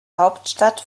hauptstadt